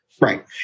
Right